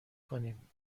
کنیم